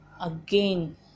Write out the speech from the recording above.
again